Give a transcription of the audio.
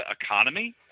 economy –